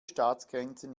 staatsgrenzen